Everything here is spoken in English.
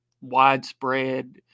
widespread